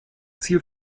ziel